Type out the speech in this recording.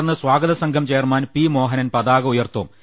തുടർന്ന് സ്വാഗതസംഘം chairman P Mohanan പതാക ഉയർത്തും